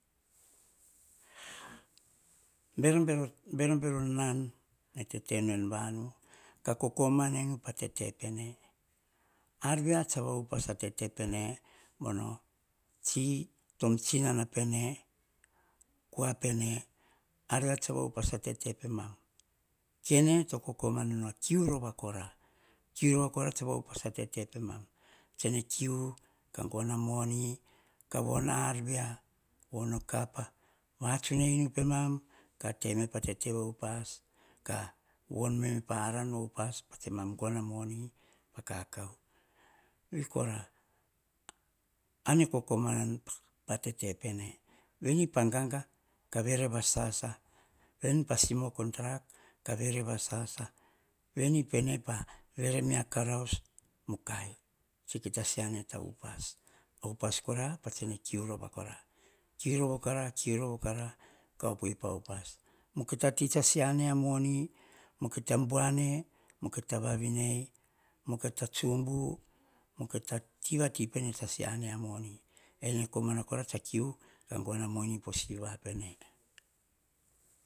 Berobero nan nene tete nu en vanu, ka kokomanu pa tete peene, ar via tsa va upas a tete pene, mono tsi tom tsinona pena, kua pene, ar via tsa va upas a tete pemam. Kene to kokomana nu a kiu rova kora. Kiu rova kora tsa va upas a tete pemam. Tse ne kiu ka gono a moni ge a kain ar via von o kapa, vatsun a inu pemam. Ka te emme pa tete va upas von me eme pa aran va upas, po tse mam gono amoni, pa kao. Vei kora, a nene kokomana nu pa tete pene. Paveni pa gaga, ka vere vasasa, ka veni pa simoko drug, ka vere vasasoi, veni pene pa vere me a karaus, mukai, kita se ane ta upas, kiu rova kora. Kiu rava kora, kiu rovakora kan opoem pa upas. Mukai ta ti tsa se ane ta moni, mukai ta buane, mukai ta vavinei, mukai ta tsubu, mukai ta tivati peene, tsa se ane ta moni. Ene komana kora tsa, kiu ka gono komana kiu posiva pene.